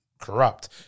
corrupt